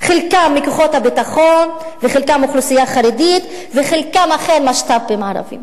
חלקם מכוחות הביטחון וחלקם אוכלוסייה חרדית וחלקם האחר משת"פים ערבים,